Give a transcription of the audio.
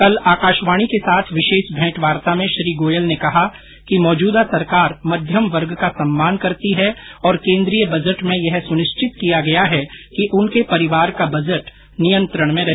कल आकाशवाणी के साथ विशेष भेंट वार्ता में श्री गोयल ने कहा कि मौजूदा सरकार मध्यम वर्ग का सम्मान करती है और केंद्रीय बजट में यह सुनिश्चित किया गया है कि उनके परिवार का बजट नियंत्रण में रहे